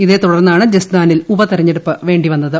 ഇതേ തുടർന്നാണ് ജസ്ദാനിൽ ഉപതെരെഞ്ഞെടുപ്പ് വേണ്ടിവന്നത്